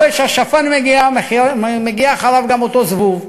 אחרי שהשפן מגיע, מגיע אחריו גם אותו זבוב,